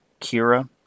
kira